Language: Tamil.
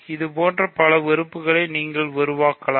இது போன்ற பல உறுப்புகளை நீங்கள் உருவாக்கலாம்